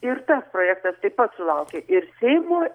ir tas projektas taip pat sulaukė ir seimo